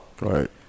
Right